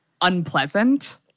unpleasant